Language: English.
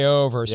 over